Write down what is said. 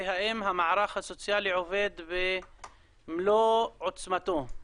והאם המערך הסוציאלי עובד במלוא עוצמתו.